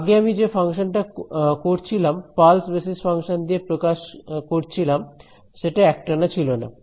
আগে আমি যে ফাংশন টা করছিলাম পালস বেসিস ফাংশন দিয়ে প্রকাশ করছিলাম সেটা একটানা ছিলনা